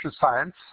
science